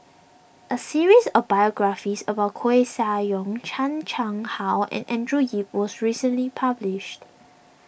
a series of biographies about Koeh Sia Yong Chan Chang How and Andrew Yip was recently published